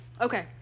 okay